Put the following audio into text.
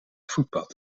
voetpad